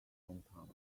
hometown